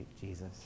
Jesus